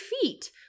feet